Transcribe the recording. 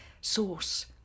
Source